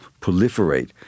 proliferate